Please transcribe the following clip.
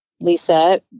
Lisa